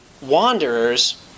wanderers